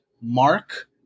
Mark